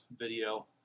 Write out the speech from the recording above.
video